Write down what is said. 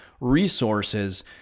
resources